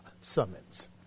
summons